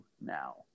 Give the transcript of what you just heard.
now